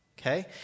Okay